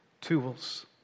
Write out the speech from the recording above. tools